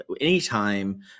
anytime